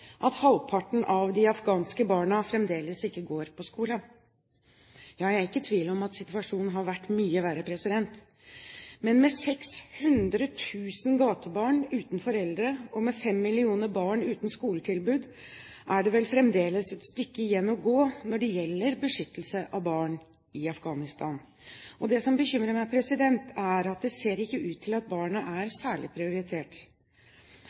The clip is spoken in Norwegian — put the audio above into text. at halvparten av de afghanske barna fremdeles ikke går på skole. Ja, jeg er ikke i tvil om at situasjonen har vært mye verre, men med 600 000 gatebarn uten foreldre, og med fem millioner barn uten skoletilbud, er det vel fremdeles et stykke igjen å gå når det gjelder beskyttelse av barn i Afghanistan. Det som bekymrer meg, er at det ser ikke ut til at barna er særlig prioritert.